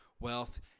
wealth